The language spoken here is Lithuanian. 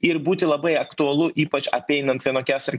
ir būti labai aktualu ypač apeinant vienokias ar